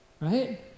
right